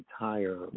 entire